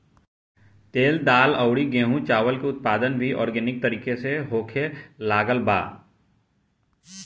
तेल, दाल अउरी गेंहू चावल के उत्पादन भी आर्गेनिक तरीका से होखे लागल बा